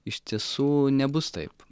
iš tiesų nebus taip